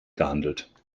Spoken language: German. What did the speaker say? gehandelt